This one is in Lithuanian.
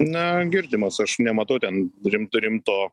na girdimas aš nematau ten rimto rimto